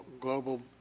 global